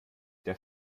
der